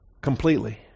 Completely